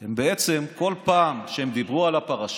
בעצם, בכל פעם שהם דיברו על הפרשה,